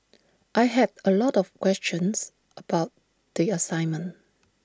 I had A lot of questions about the assignment